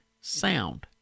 sound